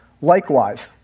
Likewise